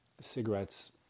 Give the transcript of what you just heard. cigarettes